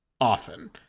often